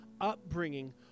upbringing